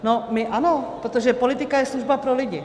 No, my ano, protože politika je služba pro lidi.